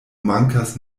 mankas